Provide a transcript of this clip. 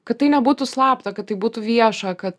kad tai nebūtų slapta kad tai būtų vieša kad